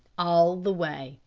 all the way,